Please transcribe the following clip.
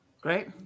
Great